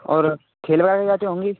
और खेले वाले भी आती होंगी